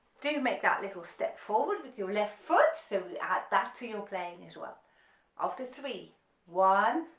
do make that little step forward with your left foot so we add that to your plane as well after three one,